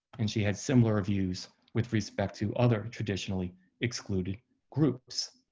and she had similar views with respect to other traditionally excluded groups.